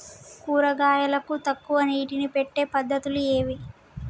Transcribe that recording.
కూరగాయలకు తక్కువ నీటిని పెట్టే పద్దతులు ఏవి?